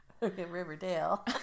Riverdale